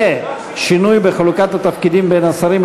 ושינוי בחלוקת התפקידים בין השרים,